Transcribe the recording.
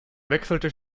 wechselte